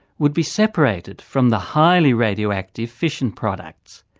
would be separated from the highly radioactive fission products.